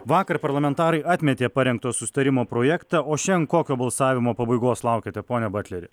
vakar parlamentarai atmetė parengto susitarimo projektą o šian kokio balsavimo pabaigos laukiate pone butleri